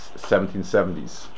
1770s